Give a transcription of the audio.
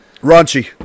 Raunchy